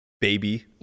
baby